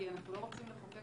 כי אנחנו לא רוצים לחוקק